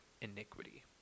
iniquity